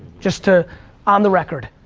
just ah on the record.